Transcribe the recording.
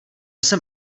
jsem